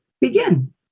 begin